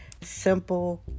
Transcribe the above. simple